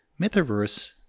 Metaverse